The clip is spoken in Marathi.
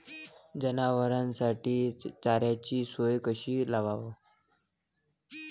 जनावराइसाठी चाऱ्याची सोय कशी लावाव?